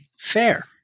Fair